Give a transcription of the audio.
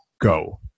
go